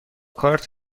کارت